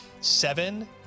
Seven